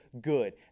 good